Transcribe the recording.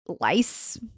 lice